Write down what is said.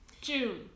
June